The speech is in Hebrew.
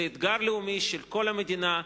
זה אתגר לאומי של כל המדינה,